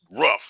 rough